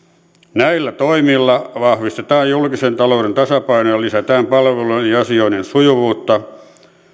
näillä toimilla vahvistetaan julkisen talouden tasapainoa ja lisätään palveluiden ja asioiden sujuvuutta